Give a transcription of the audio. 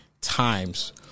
times